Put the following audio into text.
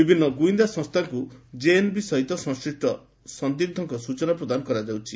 ବିଭିନ୍ନ ଗୁଇନ୍ଦା ସଂସ୍ଚାକୁ ଜେଏନ୍ବି ସହିତ ସଂଶ୍ଳିଷ୍ ସନ୍ଦିଗ୍ପଙ୍କ ସୂଚନା ପ୍ରଦାନ କରାଯାଉଛି